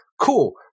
Cool